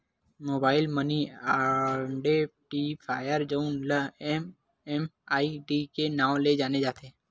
mobile money identifier जउन ल MMID के नांव ले जाने जाथे